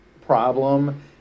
problem